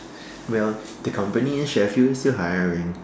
well the company in Seychelles is hiring